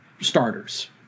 Starters